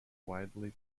widely